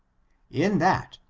in that,